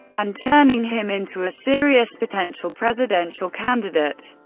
and turning him into a serious potential presidential candidate.